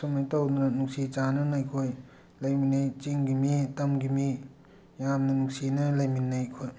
ꯑꯁꯨꯃꯥꯏ ꯇꯧꯗꯅ ꯅꯨꯡꯁꯤ ꯆꯥꯟꯅꯅ ꯑꯩꯈꯣꯏ ꯂꯩꯃꯤꯟꯅꯩ ꯆꯤꯡꯒꯤ ꯃꯤ ꯇꯝꯒꯤ ꯃꯤ ꯌꯥꯝꯅ ꯅꯨꯡꯁꯤꯅꯅ ꯂꯩꯃꯤꯟꯅꯩ ꯑꯩꯈꯣꯏ